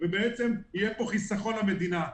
ויהיה פה חיסכון למדינה.